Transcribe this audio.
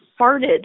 farted